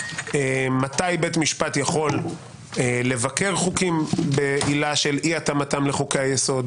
מתי בית משפט יכול לבקר חוקים בעילה של אי התאמתם לחוקי היסוד,